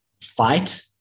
fight